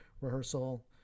rehearsal